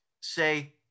say